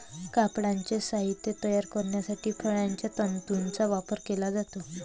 कापडाचे साहित्य तयार करण्यासाठी फळांच्या तंतूंचा वापर केला जातो